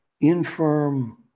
infirm